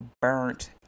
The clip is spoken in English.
burnt